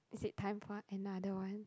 is it time for another one